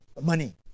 money